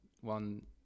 one